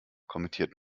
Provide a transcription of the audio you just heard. kommentiert